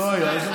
לא היו.